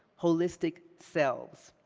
holistic selves.